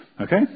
Okay